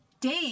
Dave